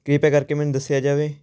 ਕਿਰਪਾ ਕਰਕੇ ਮੈਨੂੰ ਦੱਸਿਆ ਜਾਵੇ